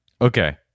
Okay